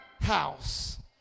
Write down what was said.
house